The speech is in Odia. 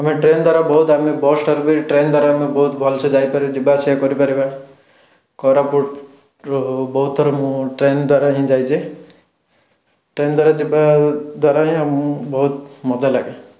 ଆମେ ଟ୍ରେନ୍ ଦ୍ଵାରା ବହୁତ ଆମେ ବସ୍ଠାରୁ ବି ଟ୍ରେନ୍ ଦ୍ଵାରା ଆମେ ବହୁତ ଭଲସେ ଯାଇପାରୁ ଯିବାଆସିବା କରିପାରିବା କୋରାପୁଟରୁ ବହୁତଥର ମୁଁ ଟ୍ରେନ୍ ଦ୍ଵାରା ହିଁ ଯାଇଛି ଟ୍ରେନ୍ ଦ୍ଵାରା ଯିବା ଆଉ ଦ୍ଵାରା ଆମକୁ ବହୁତ ମଜାଲାଗେ